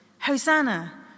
Hosanna